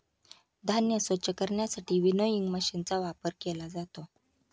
धान्य स्वच्छ करण्यासाठी विनोइंग मशीनचा वापर केला जातो